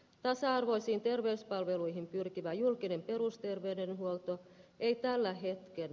tasa arvoisiin terveyspalveluihin pyrkivä julkinen perusterveydenhuolto ei täällä hetken